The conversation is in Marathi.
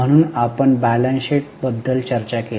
म्हणून आपण बॅलन्स शीट बद्दल चर्चा केली